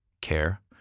care